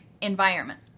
environment